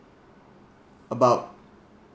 about